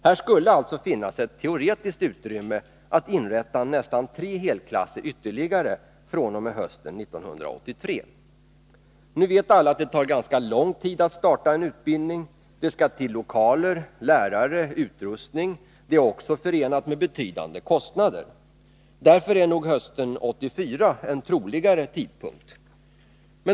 Här skulle alltså finnas ett teoretiskt utrymme att inrätta nästan tre helklasser ytterligare fr.o.m. hösten 1983. Nu vet alla att det tar ganska lång tid att starta en utrustning. Det skall till lokaler, lärare och utrustning. Det är också förenat med betydande kostnader. Därför är nog hösten 1984 en troligare tidpunkt.